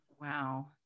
Wow